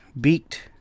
beaked